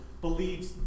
believes